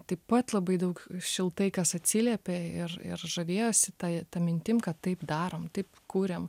taip pat labai daug šiltai kas atsiliepė ir ir žavėjosi ta ta mintim kad taip darom taip kuriam